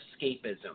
escapism